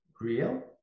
real